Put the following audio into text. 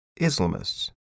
Islamists